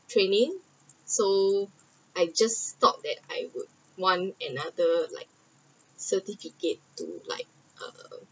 training so I just stop at and I would want another like certificate to like uh